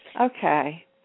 Okay